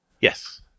Yes